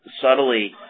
subtly